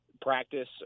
practice